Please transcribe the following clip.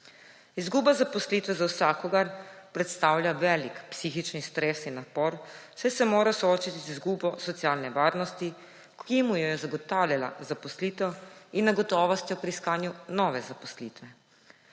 Izguba zaposlitve za vsakogar predstavlja velik psihični stres in napor, saj se mora soočiti z izgubo socialne varnosti, ki mu jo je zagotavljala zaposlitev, in negotovostjo pri iskanju nove zaposlitve.